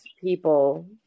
people